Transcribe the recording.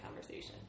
conversation